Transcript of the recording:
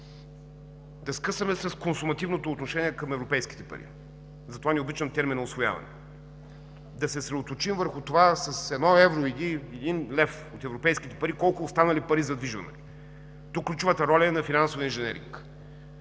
да скъсаме с консумативното отношение към европейските пари. Затова не обичам термина „усвояване”. Да се съсредоточим върху това с едно евро или един лев от европейските пари колко останали пари задвижваме? Тук ключовата роля е на финансовия инженеринг.